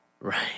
Right